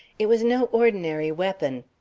it was no ordinary weapon.